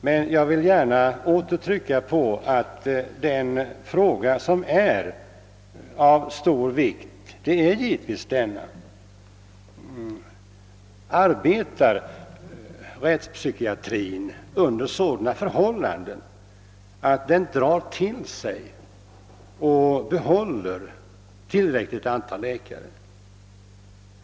Jag vill dock gärna åter trycka på det förhållandet att en fråga som är av stor vikt givetvis är om rättspsykiatrin arbetar under sådana förhållanden att den drar till sig och behåller tillräckligt antal läkare.